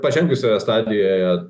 pažengusioje stadijoje